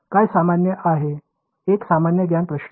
काय सामान्य आहे हा एक सामान्य ज्ञान प्रश्न आहे